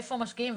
ואיפה משקיעים,